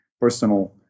personal